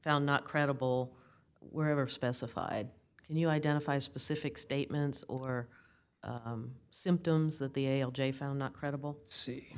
found not credible were never specified can you identify specific statements or symptoms that the ale j found not credible c